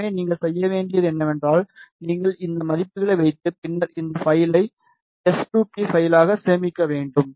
எனவே நீங்கள் செய்ய வேண்டியது என்னவென்றால் நீங்கள் இந்த மதிப்புகளை வைத்து பின்னர் இந்த பைலை எஸ்2பி பைலாக சேமிக்க வேண்டும்